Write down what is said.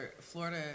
Florida